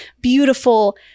beautiful